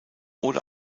oder